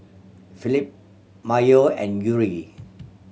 Philip Myojo and Yuri